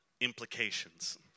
implications